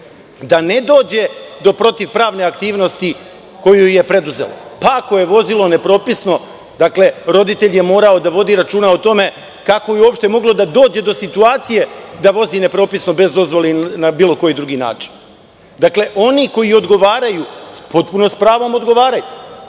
da ne dođe do protiv pravne aktivnosti koju je preduzelo, pa ako je vozilo nepropisno, roditelj je morao da vodi računa o tome kako je uopšte moglo da dođe do situacije da vozi nepropisno bez dozvole ili na bilo koji drugi način. Dakle, oni koji odgovaraju, potpuno sa pravom odgovaraju